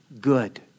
good